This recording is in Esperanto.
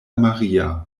maria